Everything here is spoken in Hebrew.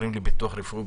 אומרים לי: ביטוח רפואי.